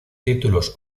títulos